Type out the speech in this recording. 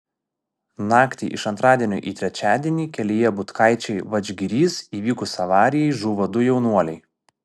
naktį iš antradienio į trečiadienį kelyje butkaičiai vadžgirys įvykus avarijai žuvo du jaunuoliai